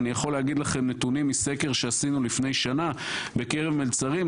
אני יכול להגיד לכם מסקר שעשינו לפני שנה בקרב מלצרים,